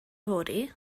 fory